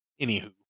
Anywho